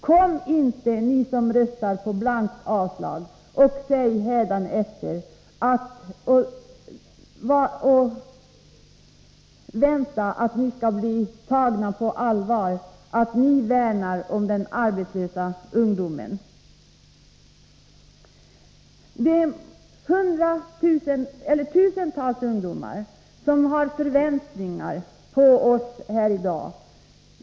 Vänta er inte, ni som röstar för blankt avslag, att ni hädanefter skall bli tagna på allvar, när ni säger er vilja värna om den arbetslösa ungdomen. Tusentals ungdomar har förväntningar på oss här i dag.